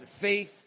faith